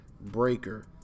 Breaker